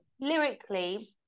lyrically